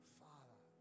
father